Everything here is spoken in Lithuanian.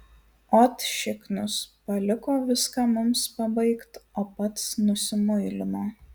ot šiknius paliko viską mums pabaigt o pats nusimuilino